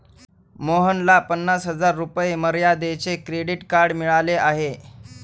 मोहनला पन्नास हजार रुपये मर्यादेचे क्रेडिट कार्ड मिळाले आहे